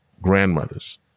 grandmothers